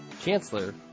Chancellor